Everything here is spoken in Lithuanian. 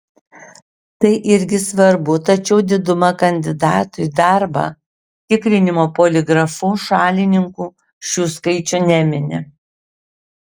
tai irgi svarbu tačiau diduma kandidatų į darbą tikrinimo poligrafu šalininkų šių skaičių nemini